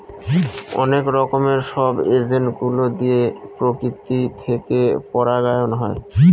অনেক রকমের সব এজেন্ট গুলো দিয়ে প্রকৃতি থেকে পরাগায়ন হয়